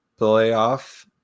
playoff